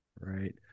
Right